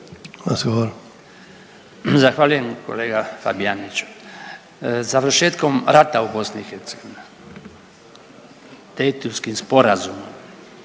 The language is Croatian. Hvala